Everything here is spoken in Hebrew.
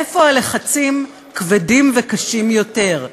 איפה הלחצים כבדים וקשים יותר,